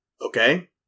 Okay